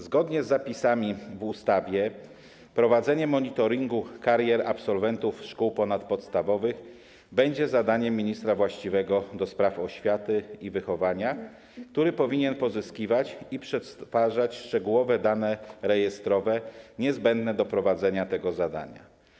Zgodnie z zapisami w ustawie prowadzenie monitoringu karier absolwentów szkół ponadpodstawowych będzie zadaniem ministra właściwego do spraw oświaty i wychowania, który powinien pozyskiwać i przetwarzać szczegółowe dane rejestrowe niezbędne do prowadzenia tego zadania.